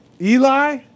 Eli